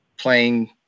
playing